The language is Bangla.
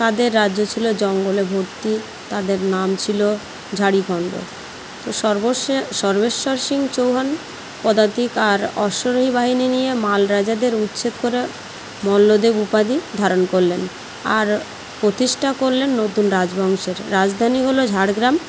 তাদের রাজ্য ছিলো জঙ্গলের মধ্যে তাদের নাম ছিলো ঝাড়িকন্দ তো সর্বেশ্বর সিং চৌহান পদাতিক আর অশ্বারোহী বাহিনী নিয়ে মাল রাজাদের উচ্ছেদ করে মল্লদেব উপাধি ধারণ করলেন আর প্রতিষ্ঠা করলেন নতুন রাজবংশের রাজধানী হলো ঝাড়গ্রাম